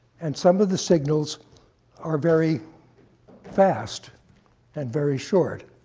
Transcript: and some of the signals are very fast and very short.